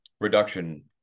reduction